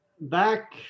Back